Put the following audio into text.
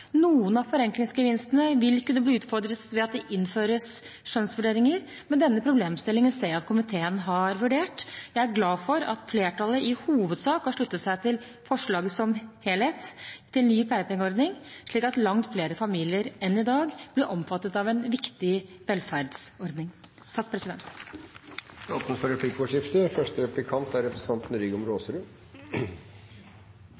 Noen av forenklingsgevinstene vil kunne bli utfordret ved at det innføres skjønnsvurderinger, men denne problemstillingen ser jeg at komiteen har vurdert. Jeg er glad for at flertallet i hovedsak har sluttet seg til forslaget som helhet til ny pleiepengeordning, slik at langt flere familier enn i dag blir omfattet av en viktig velferdsordning.